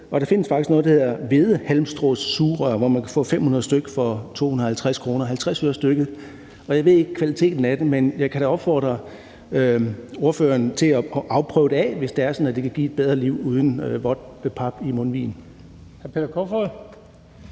findes noget, der hedder hvedehalmstråsugerør, hvor man kan få 500 stk. for 250 kr., altså 50 øre stykket. Jeg ved ikke noget om kvaliteten af dem, men jeg kan da opfordre ordføreren til at prøve det af, hvis det er sådan, at det kan give et bedre liv uden vådt pap i mundvigen.